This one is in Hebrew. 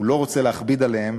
הוא לא רוצה להכביד עליהם,